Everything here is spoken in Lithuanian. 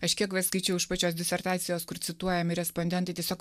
aš kiek va skaičiau iš pačios disertacijos kur cituojami respondentai tiesiog